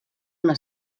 una